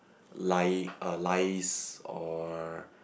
lying uh lies or